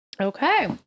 Okay